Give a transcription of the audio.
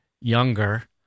younger